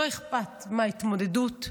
לא אכפת מההתמודדות,